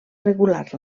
regular